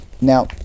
Now